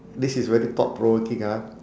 this is very thought provoking ah